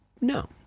No